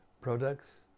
products